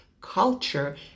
culture